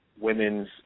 women's